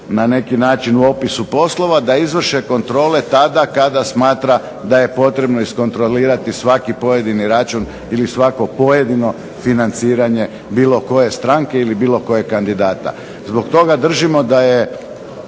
na neki način u opisu poslova da izvrše kontrole tada kada smatra da je potrebno iskontrolirati svaki pojedini račun ili svako pojedino financiranje bilo koje stranke ili bilo kojeg kandidata. Zbog toga držimo da je,